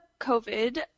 COVID